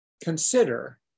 consider